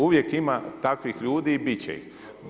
Uvijek ima takvih ljudi i bit će ih.